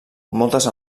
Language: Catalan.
moltes